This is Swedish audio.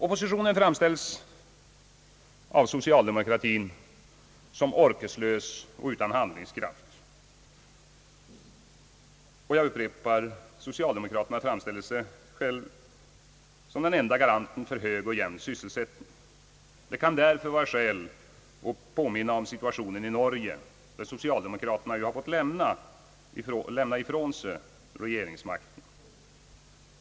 Oppositionen framställs av socialdemokratin som orkeslös och utan handlingskraft, och — jag upprepar — socialdemokratin framställer sig själv som den enda garanten för hög och jämn sysselsättning. Det kan därför vara skäl att påminna om situationen i Norge, där socialdemokraterna ju har fått lämna ifrån sig regeringsmakten.